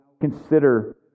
consider